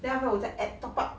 then after 我在 add top up